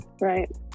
Right